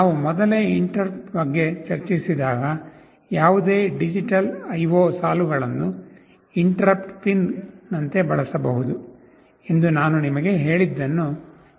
ನಾವು ಮೊದಲೇ ಇಂಟರಪ್ಟ್ ಬಗ್ಗೆ ಚರ್ಚಿಸಿದಾಗ ಯಾವುದೇ ಡಿಜಿಟಲ್ ಐಒ ಸಾಲುಗಳನ್ನು ಇಂಟರಪ್ಟ್ ಪಿನ್ನಂತೆ ಬಳಸಬಹುದು ಎಂದು ನಾನು ನಿಮಗೆ ಹೇಳಿದ್ದನ್ನು ನೀವು ನೆನಪಿಸಿಕೊಳ್ಳಬಹುದು